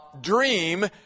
dream